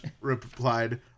replied